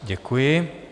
Děkuji.